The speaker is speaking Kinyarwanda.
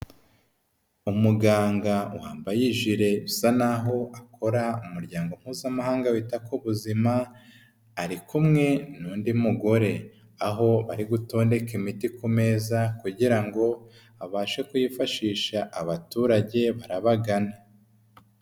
Umuganga wambaye ijire usa naho akorarera umuryango mpuzamahanga wita ko bu ubuzima, ari kumwe n'undi mugore aho ari gutondeke imiti ku meza, kugira ngo abashe kuyifashisha abaturage barabagana.